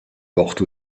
porte